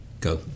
go